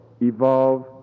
evolve